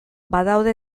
badaude